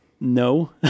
no